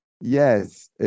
yes